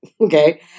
okay